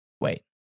wait